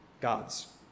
God's